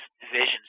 divisions